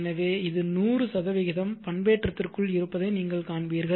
எனவே இது 100 பண்பேற்றத்திற்குள் இருப்பதை நீங்கள் காண்பீர்கள்